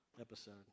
episode